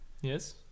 yes